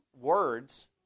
words